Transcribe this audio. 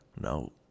no